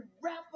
rapper